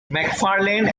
macfarlane